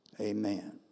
Amen